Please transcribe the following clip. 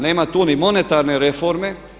Nema tu ni monetarne reforme.